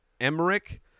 Emmerich